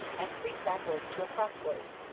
and creep backward to a crossroads,